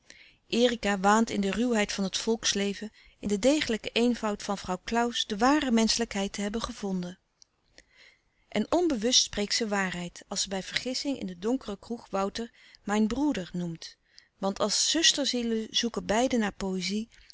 erica waant in de ruwheid van het volksleven in den degelijken eenvoud van vrouw claus de ware menschelijkheid te hebben gevonden en onbewust spreekt ze waarheid als ze bij vergissing in de donkere kroeg wouter mein bruder noemt want als zusterzielen zoeken beiden naar poëzie